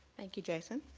thank you, jason.